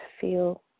feel